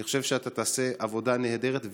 אני חושב שאתה תעשה עבודה נהדרת,